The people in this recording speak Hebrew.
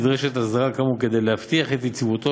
נדרשת הסדרה כאמור כדי להבטיח את יציבותם